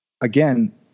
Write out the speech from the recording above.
again